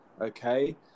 okay